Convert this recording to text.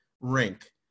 rink